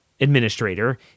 administrator